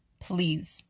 please